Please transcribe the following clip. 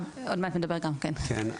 כן.